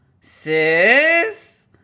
sis